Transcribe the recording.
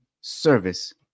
service